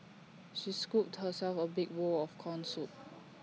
she scooped herself A big bowl of Corn Soup